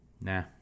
Nah